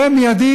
ומיידית,